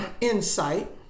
insight